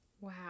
Wow